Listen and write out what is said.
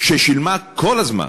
ששילמה כל הזמן